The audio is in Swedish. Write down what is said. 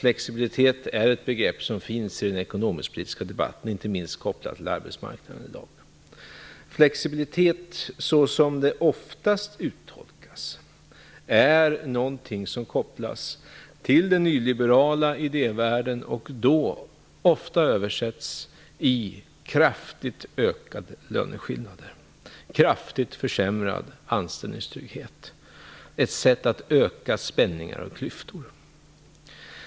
Flexibilitet är ett begrepp som finns i den ekonomisk-politiska debatten, i dag inte minst kopplad till arbetsmarknaden. Flexibilitet, såsom den oftast uttolkas, är någonting som kopplas till den nyliberala idévärlden och då ofta översätts i kraftigt ökade löneskillnader, kraftigt försämrad anställningstrygghet, ett sätt att öka spänningar och klyftor.